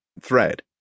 thread